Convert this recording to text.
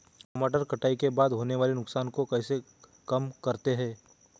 टमाटर कटाई के बाद होने वाले नुकसान को कैसे कम करते हैं?